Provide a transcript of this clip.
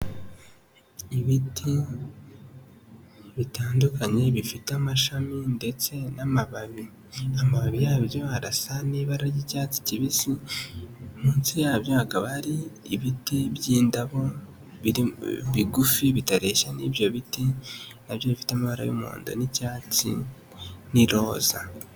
Ibiti bitandukanye bifite amashami ndetse n'amababi, amababi yabyo arasa n'ibara ry'icyatsi kibisi, munsi yabyo hakaba hari ibiti by'indabo bigufi, bitareshya n'ibyo biti nabyo bifite amara y'umuhondo n'icyatsi n'iroza.